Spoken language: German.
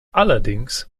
allerdings